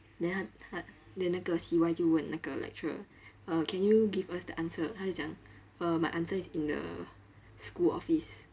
then 他他 then 那个 C_Y 就问那个 lecturer uh can you give us the answer 他是讲 uh my answer is in the school office